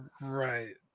Right